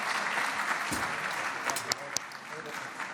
(חותם על ההצהרה)